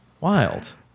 Wild